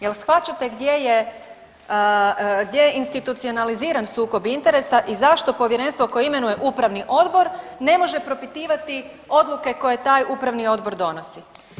Jel shvaćate gdje je institucionaliziran sukob interesa i zašto povjerenstvo koje imenuje upravni odbor ne može propitivati odluke koje taj upravni odbor donosi?